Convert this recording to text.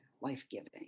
life-giving